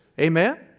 Amen